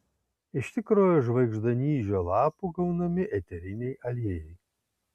iš tikrojo žvaigždanyžio lapų gaunami eteriniai aliejai